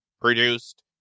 produced